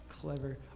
Clever